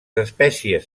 espècies